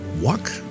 walk